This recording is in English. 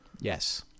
Yes